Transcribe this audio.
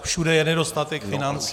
Všude je nedostatek financí.